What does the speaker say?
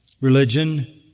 religion